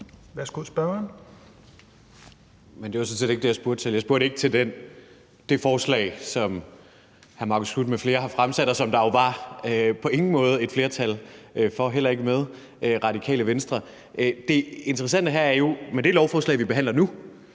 Sand Kjær (S): Det var sådan set ikke det, jeg spurgte til. Jeg spurgte ikke til det forslag, som hr. Marcus Knuth m.fl. har fremsat, og som der jo er på ingen måde var et flertal for, heller ikke med Radikale Venstre. Det interessante her er jo, at vi står med et lovforslag, som gør det